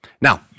Now